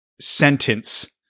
sentence